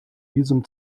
diesem